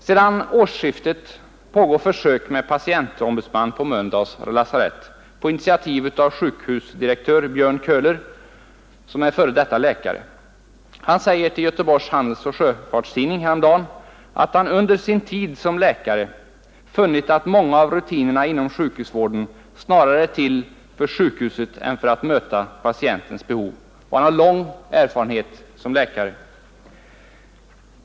Sedan årsskiftet pågår försök med patientombudsman vid Mölndals lasarett på initiativ av sjukhusdirektören Björn Köhler som är f. d. läkare. Han sade till Göteborgs Handelsoch Sjöfartstidning häromdagen ”att han under sin tid som läkare funnit att många av rutinerna inom sjukvården snarare är till för sjukhuset än för att möta patientens behov”. Han har lång erfarenhet som läkare.